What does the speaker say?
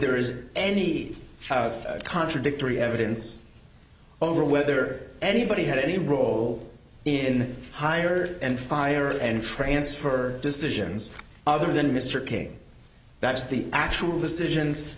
there is any contradictory evidence over whether anybody had any role in hire and fire and transfer decisions other than mr king that's the actual decisions